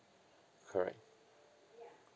correct